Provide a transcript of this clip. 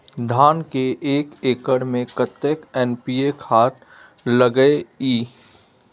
धान के एक एकर में कतेक एन.पी.ए खाद लगे इ?